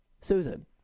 Susan